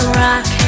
rock